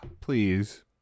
Please